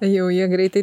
jau jie greitai